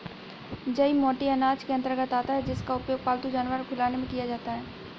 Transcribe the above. जई मोटे अनाज के अंतर्गत आता है जिसका उपयोग पालतू जानवर को खिलाने में किया जाता है